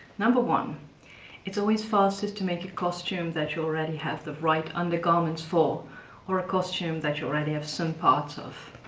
number one it's always fastest to make a costume that you already have the right undergarments for or a costume that you already have some parts of.